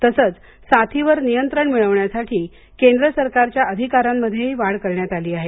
तसंच साथीवर नियंत्रण मिळवण्यासाठी केंद्र सरकारच्या अधिकारांमध्येही वाढ करण्यात आली आहे